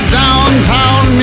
downtown